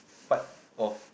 part of